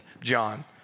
John